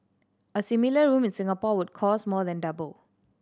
a similar room in Singapore would cost more than double